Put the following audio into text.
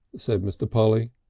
said mr. polly.